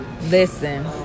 Listen